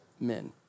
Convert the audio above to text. men